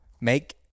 make